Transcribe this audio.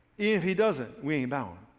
if he doesn't we ain't bowing.